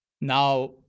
now